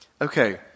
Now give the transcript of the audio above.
okay